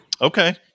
Okay